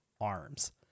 arms